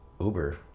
Uber